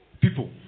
people